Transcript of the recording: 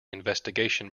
investigation